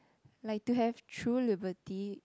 like to have true liberty